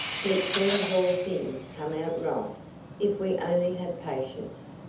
but it seems all things come out right if we only have patience.